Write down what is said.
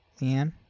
Leanne